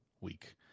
week